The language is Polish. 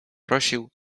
prosił